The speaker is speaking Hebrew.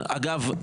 אגב,